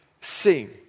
sing